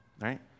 Right